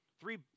three